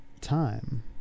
time